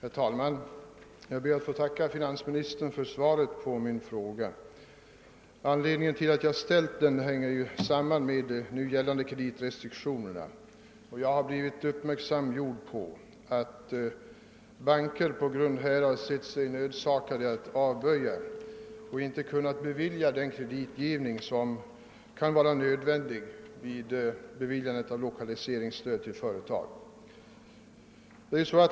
Herr talman! Jag ber att få tacka finansministern för svaret på min fråga. Anledningen till att jag ställt den är bl.a. de gällande kreditrestriktionerna. Jag har blivit uppmärksammad på att banker på grund av dessa sett sig nödsakade att avböja kreditgivning som är nödvändig vid beviljande av lokaliseringsstöd till företag.